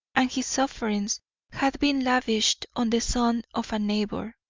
and his sufferings had been lavished on the son of a neighbour,